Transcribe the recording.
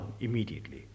immediately